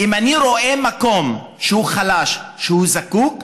אם אני רואה מקום שהוא חלש, שהוא זקוק,